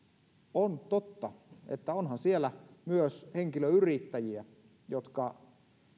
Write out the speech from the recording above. on totta että onhan siellä myös henkilöyrittäjiä jotka